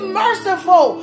merciful